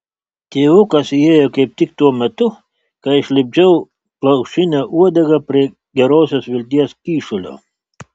tėvukas įėjo kaip tik tuo metu kai aš lipdžiau plaušinę uodegą prie gerosios vilties kyšulio